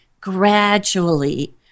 gradually